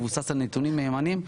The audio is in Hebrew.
מבוסס על עניינים מהמנים.